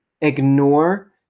ignore